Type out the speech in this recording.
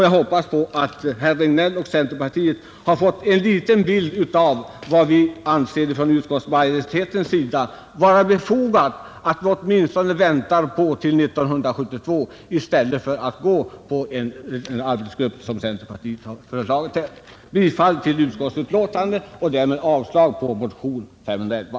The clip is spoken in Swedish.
Jag hoppas att herr Sjönell och centerpartiet fått en liten bild av varför utskottsmajoriteten ansett det vara befogat att vänta åtminstone till 1972 i stället för att följa centerpartiets förslag om en arbetsgrupp. Fru talman! Jag yrkar bifall till utskottets hemställan och avslag på motion nr 511.